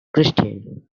christian